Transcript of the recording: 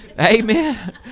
Amen